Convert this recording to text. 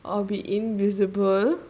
or be invisible